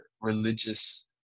religious